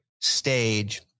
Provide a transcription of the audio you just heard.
stage